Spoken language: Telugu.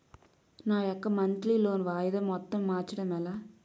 నా యెక్క మంత్లీ లోన్ వాయిదా మొత్తం మార్చడం ఎలా?